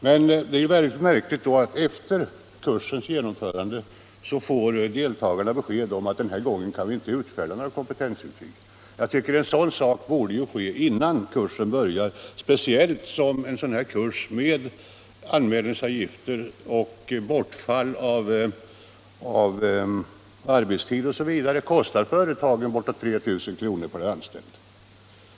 Men det är mycket märkligt att deltagarna efter kursens genomförande fick besked om att det den här gången inte kunde utfärdas kompetensintyg. Detta borde ha meddelats innan kursen började — speciellt som en sådan här kurs med anmälningsavgifter och bortfall av arbetstid osv. kostar företagen bortåt 3000 kr. per anställd.